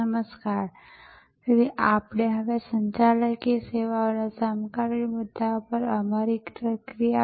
માલસામાનના કિસ્સામાં અને સેવાઓમાં પણ વિતરણનો એક પ્રાથમિક હેતુ છે